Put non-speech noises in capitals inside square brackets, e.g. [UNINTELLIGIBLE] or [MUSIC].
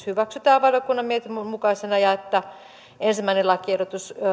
[UNINTELLIGIBLE] hyväksytään valiokunnan mietinnön mukaisena ja että ensimmäinen lakiehdotus